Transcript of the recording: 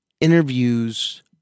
interviews